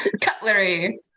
cutlery